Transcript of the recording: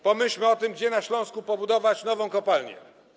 Pomyślmy o tym, gdzie na Śląsku pobudować nową kopalnię.